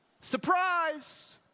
Surprise